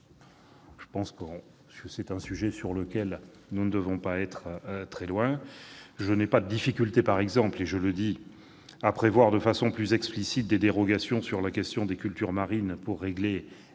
débattrons. C'est un sujet sur lequel nous ne devons pas être très éloignés. Je n'ai pas de difficultés, par exemple, à prévoir de façon plus explicite des dérogations sur la question des cultures marines pour régler